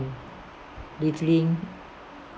and